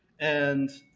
and